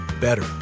better